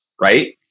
Right